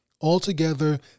Altogether